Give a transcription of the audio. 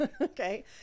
Okay